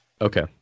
okay